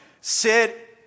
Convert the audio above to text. sit